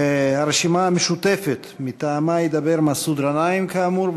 הרשימה המשותפת, מטעמה ידבר מסעוד גנאים, כאמור.